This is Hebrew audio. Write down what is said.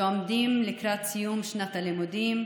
שעומדים לקראת סיום שנת הלימודים.